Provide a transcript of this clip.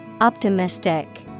Optimistic